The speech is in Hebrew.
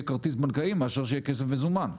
כרטיס בנקאי מאשר שיהיה כסף מזומן.